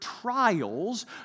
trials